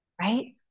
right